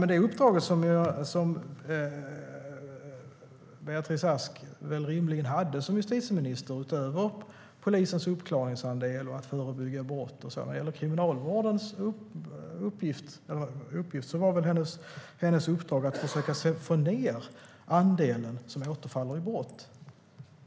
Det uppdrag som Beatrice Ask rimligen hade som justitieminister, utöver polisens uppklaringsandel, förebyggande av brott och så vidare, var väl när det gällde kriminalvården att försöka få ned andelen som återfaller i brott.